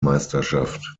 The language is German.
meisterschaft